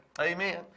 Amen